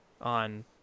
on